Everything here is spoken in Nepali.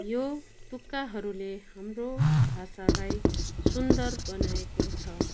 यो तुक्काहरूले हाम्रो भाषालाई सुन्दर बनाएको छ